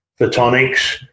photonics